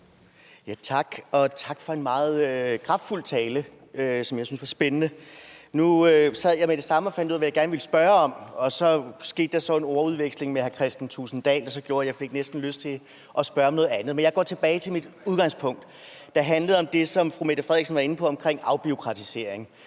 tak for en meget kraftfuld tale, som jeg synes var spændende. Nu sad jeg med det samme og fandt ud af, hvad jeg gerne ville spørge om, og så var der en ordveksling med hr. Kristian Thulesen Dahl, som gjorde, at jeg næsten fik lyst til at spørge om noget andet. Men jeg går tilbage til mit udgangspunkt, der handler om det, som fru Mette Frederiksen var inde på, nemlig afbureaukratisering.